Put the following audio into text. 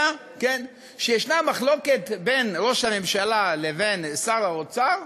אלא שיש מחלוקת בין ראש הממשלה לבין שר האוצר,